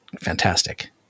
fantastic